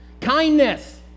Kindness